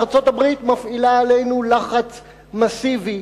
ארצות-הברית מפעילה עלינו לחץ מסיבי.